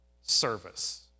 service